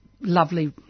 lovely